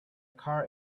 car